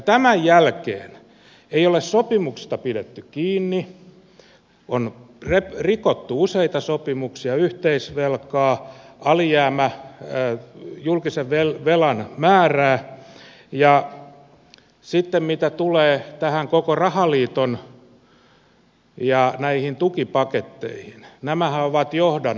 tämän jälkeen ei ole sopimuksista pidetty kiinni on rikottu useita sopimuksia yhteisvelkaa julkisen velan määrää ja mitä sitten tulee koko rahaliiton näihin tukipaketteihin nämähän ovat johdannaisia